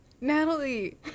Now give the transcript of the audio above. Natalie